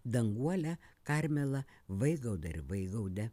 danguolę karmelą vaigaudą ir vaigaudę